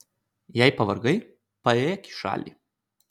jei pavargai paėjėk į šalį